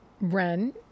Ren